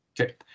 Okay